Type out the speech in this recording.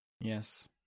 Yes